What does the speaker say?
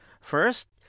First